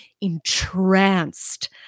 entranced